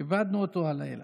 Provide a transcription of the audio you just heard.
איבדנו אותו הלילה,